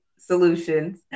Solutions